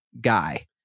guy